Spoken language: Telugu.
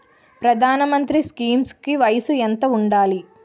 ప్రధాన మంత్రి స్కీమ్స్ కి వయసు ఎంత ఉండాలి?